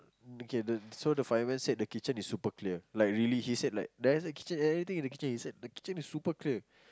okay the so the fireman said the kitchen is super clear like really he said like there isn't anything in the kitchen he said the kitchen is super clear